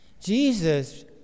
Jesus